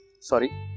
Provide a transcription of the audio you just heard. sorry